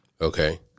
Okay